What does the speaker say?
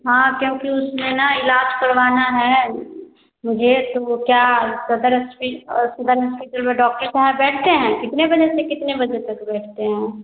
हाँ क्योंकि उसमें ना इलाज करवाना है यह तो क्या सदर अस्पी हॉस्पिटल में कितने बजे डॉक्टर साहब बैठते हैं कितने बजे से कितने बजे तक बैठते हैं